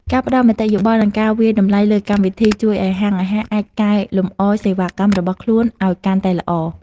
ការផ្តល់មតិយោបល់និងការវាយតម្លៃលើកម្មវិធីជួយឱ្យហាងអាហារអាចកែលម្អសេវាកម្មរបស់ខ្លួនឱ្យកាន់តែល្អ។